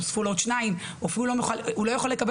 נוספו לו עוד שניים והוא לא יכול לקבל